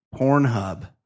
Pornhub